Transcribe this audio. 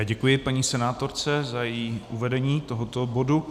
Děkuji paní senátorce za její uvedení tohoto bodu.